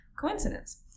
Coincidence